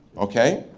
okay.